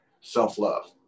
self-love